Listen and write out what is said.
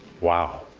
wow.